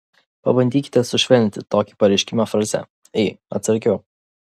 pabandykite sušvelninti tokį pareiškimą fraze ei atsargiau